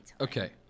Okay